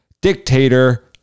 dictator